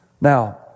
Now